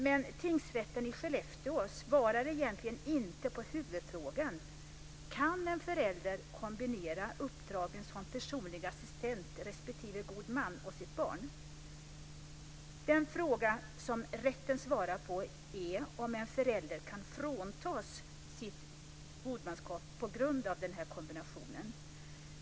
Men tingsrätten i Skellefteå svarar egentligen inte på huvudfrågan: Kan en förälder kombinera uppdragen som personlig assistent respektive god man åt sitt barn? Den fråga som rätten svarar på är om en förälder kan fråntas sitt godmanskap på grund av den här kombinationen.